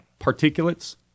Particulates